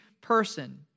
person